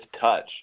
touch